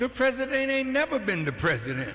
the president in never been the president